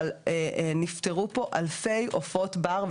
אבל נפטרו פה אלפי עופות בר,